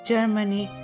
Germany